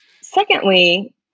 secondly